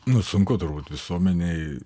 nu sunku turbūt visuomenei